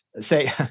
say